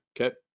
Okay